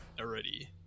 Already